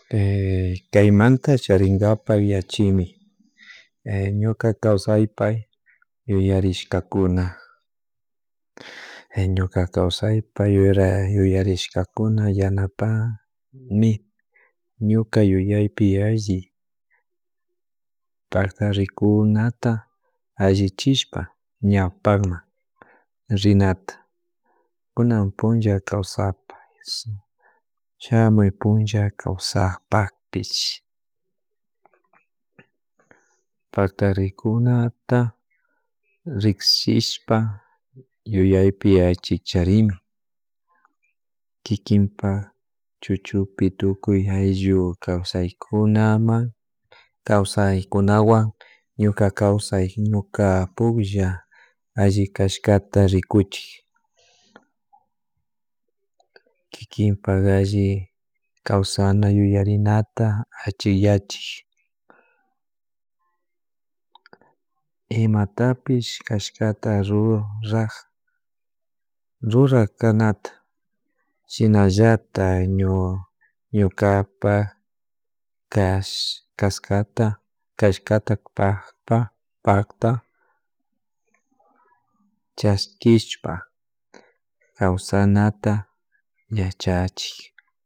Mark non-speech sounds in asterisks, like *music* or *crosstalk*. *hesitation* kay manta charinkapak yachimi *hesitation* ñuka kawsaypay yuyarishkakuna *hesitation* ñuka kawsaypay *hesitation* yuyarishkakuna yanapakmi ñuka yuyaypi alli pakna rikunata alli chishpa ña pakma rinata kunan puncha kawsapay shamun puncha kawsakpakpish *noise* pakta rikunata riksishpa yuyaypi alli charini kikinpa chuchupi tukuy ayllu kawsakunaman kawasay kunawan ñuka kawsay ñuka puklla alli kashkata ricuchi kikinpak alli kawsana yuyarinata achik yachik ima tapich kashkata *unintelligible* rurakanata shina llatak ñu ñukapak kash *unintelligible* kashkata pakpa pakta chashkispa kawsanata yachachik